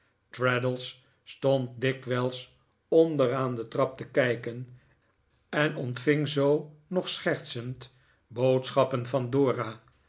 traddles stond dikwijls onder aan de trap te kijken en ontving zoo nog schertsend boodschappen van dora